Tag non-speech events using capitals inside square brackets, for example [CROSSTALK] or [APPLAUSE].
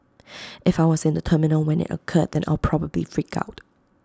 [NOISE] if I was in the terminal when IT occurred then I'll probably freak out